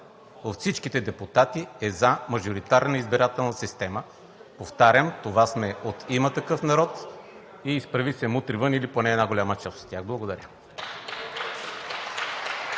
от всички депутати е за мажоритарна избирателна система. Повтарям, това сме от „Има такъв народ“ и „Изправи се мутри вън“ – или поне една голяма част от тях. Благодаря.